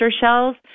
shells